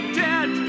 dead